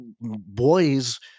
boys